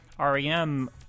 REM